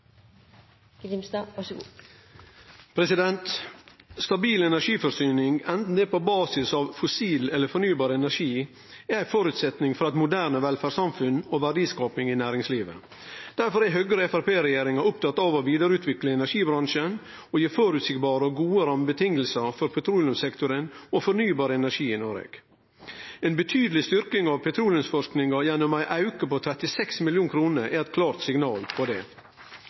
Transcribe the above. for eit moderne velferdssamfunn og verdiskaping i næringslivet. Derfor er Høgre–Framstegsparti-regjeringa opptatt av å vidareutvikle energibransjen og gi føreseielege og gode rammevilkår for petroleumssektoren og for fornybar energi i Noreg. Ei betydeleg styrking av petroleumsforskinga gjennom ei auke på 36 mill. kr er eit klart signal på det.